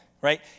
right